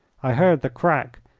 i heard the crack,